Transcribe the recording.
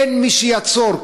אין מי שיעצור.